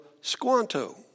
Squanto